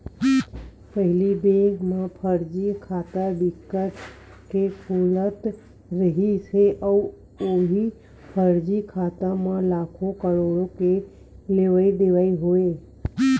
पहिली बेंक म फरजी खाता बिकट के खुलत रिहिस हे अउ उहीं फरजी खाता म लाखो, करोड़ो के लेवई देवई होवय